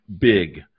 Big